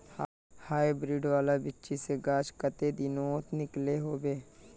Hybrid वाला बिच्ची से गाछ कते दिनोत निकलो होबे?